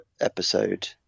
episode